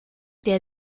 der